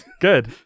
Good